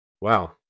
Wow